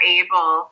able